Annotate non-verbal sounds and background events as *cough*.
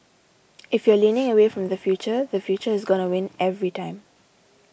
*noise* if you're leaning away from the future the future is gonna win every time